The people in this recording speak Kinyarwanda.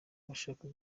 bashaka